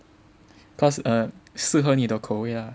cause err 适合你的口味 ah